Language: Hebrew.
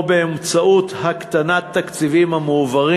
או באמצעות הקטנת תקציבים המועברים